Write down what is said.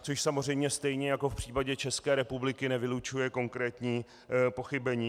Což samozřejmě stejně jako v případě České republiky nevylučuje konkrétní pochybení.